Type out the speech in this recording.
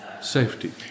Safety